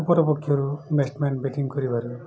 ଉପର ପକ୍ଷରୁ batsmen batting କରିବାରୁ